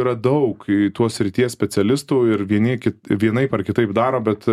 yra daug tos srities specialistų ir vieni ki vienaip ar kitaip daro bet